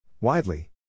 Widely